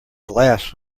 glass